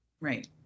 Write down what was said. Right